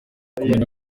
kumenya